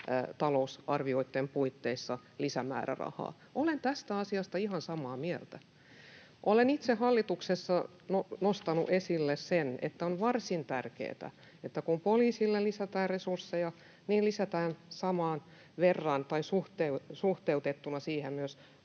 lisätalousarvioitten puitteissa lisämäärärahaa. Olen tästä asiasta ihan samaa mieltä. Olen itse hallituksessa nostanut esille sen, että on varsin tärkeätä, että kun poliisille lisätään resursseja, niin lisätään saman verran — tai suhteutettuna siihen — myös